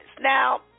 Now